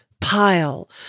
pile